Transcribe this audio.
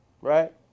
right